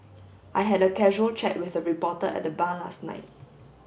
I had a casual chat with a reporter at the bar last night